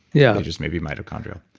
yeah and just may be mitochondrial.